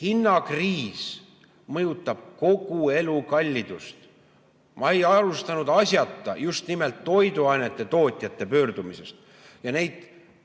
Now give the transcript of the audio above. Hinnakriis mõjutab kogu elukallidust. Ma ei alustanud asjata just toiduainete tootjate pöördumisest. Neid